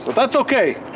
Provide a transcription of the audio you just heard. that's ok,